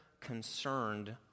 concerned